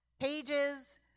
pages